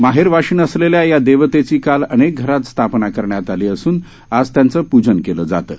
माहेरवाशीण असलेल्या या देवतेची काल अनेक घरात स्थापना करण्यात आली असून आज त्यांचे पूजन केले जाते